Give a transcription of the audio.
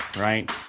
Right